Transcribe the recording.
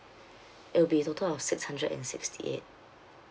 it will be a total of six hundred and sixty eight